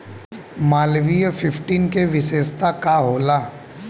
Malviya fifteen के विशेषता का होला?